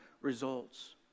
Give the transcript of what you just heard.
results